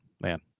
man